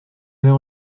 aller